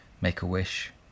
Make-A-Wish